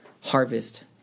harvest